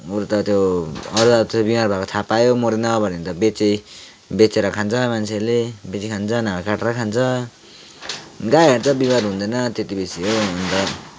अरू त त्यो बिमार भएको थाहा पायो मरेन भने त बेचे बेचेर खान्छ मान्छेले बेचिखान्छ नभए काटेर खान्छ गाईहरू त बिमार हुँदैन त्यति बेसी हो अन्त